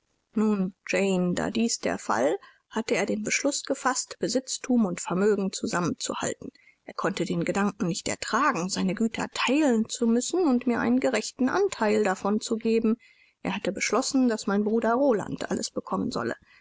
da dies der fall hatte er den beschluß gefaßt besitztum und vermögen zusammenzuhalten er konnte den gedanken nicht ertragen seine güter teilen zu müssen und mir einen gerechten anteil davon zu geben er hatte beschlossen daß mein bruder roland alles bekommen solle